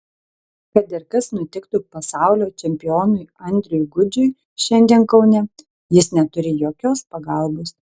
kad ir kas nutiktų pasaulio čempionui andriui gudžiui šiandien kaune jis neturi jokios pagalbos